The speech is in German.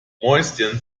mäuschen